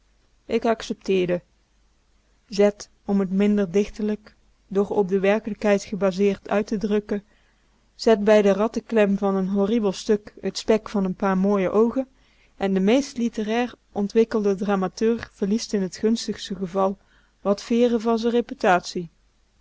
ik accepteerde zet om t minder dichterlijk doch op de werkelijkheid gebaseerd uit te drukken zet bij de ratteklem van n horribel stuk t spek van n paar mooie oogen en de meest littérair ontwikkelde dramaturg verliest in t gunstigst geval wat veeren van z'n reputatie ik